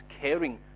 caring